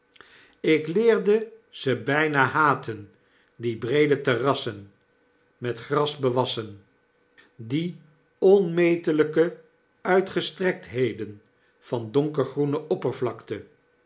ik leerde ze byna haten die breede terrassen met gras bewassen die onmetelijke uitgestrektheden van donkergroene oppervlakte